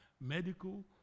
Medical